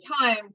time